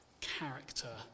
character